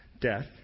Death